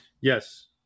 Yes